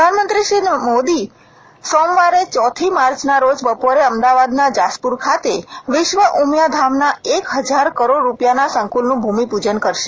પ્રધાનમંત્રી શ્રી મોદી સોમવારે ચોથી માર્ચના રોજ બપોરે અમદાવાદના જાસપુર ખાતે વિશ્વ ઉમિયાધામના એક હજાર કરોડ રૂપિયાના સંકુલનું ભૂમિપૂજન કરશે